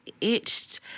itched